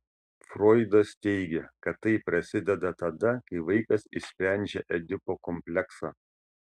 froidas teigė kad tai prasideda tada kai vaikas išsprendžia edipo kompleksą